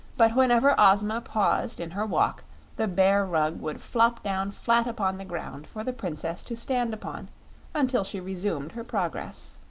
but whenever ozma paused in her walk the bear rug would flop down flat upon the ground for the princess to stand upon until she resumed her progress.